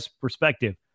perspective